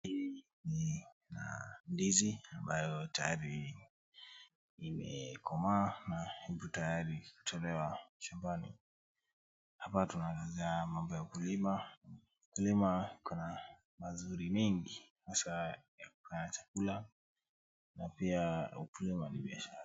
Hii ni mandizi ambayo tayari imekomaa na ipo tayari kutolewa shambani. Hapa tunaelezewa mambo ya ukulima. Ukulima iko na mazuri mingi haswa kwa chakula na pia ukulima ni biashara.